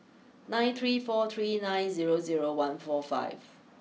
nine three four three nine zero zero one four five